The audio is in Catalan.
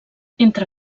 entre